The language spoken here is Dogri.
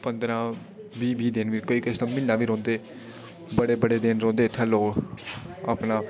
पंदरां बीह् बीह् दिन कोई कोई म्हीना बी रौंह्दे बड़े बड़े दिन रौंह्दे इत्थै लोक अपना